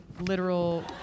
literal